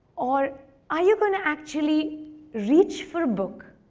or are you going to actually reach for a book,